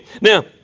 Now